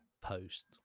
post